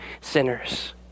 sinners